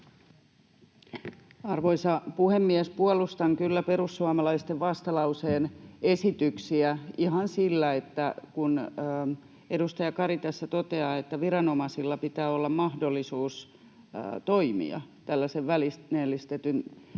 Arvoisa puhemies! Puolustan kyllä perussuomalaisten vastalauseen esityksiä ihan sillä, että kun edustaja Kari tässä toteaa, että viranomaisilla pitää olla mahdollisuus toimia tällaisen välineellistetyn